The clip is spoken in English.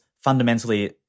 fundamentally